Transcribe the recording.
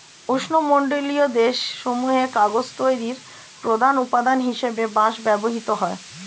উষ্ণমণ্ডলীয় দেশ সমূহে কাগজ তৈরির প্রধান উপাদান হিসেবে বাঁশ ব্যবহৃত হয়